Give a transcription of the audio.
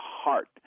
heart